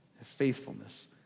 faithfulness